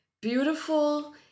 beautiful